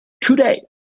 today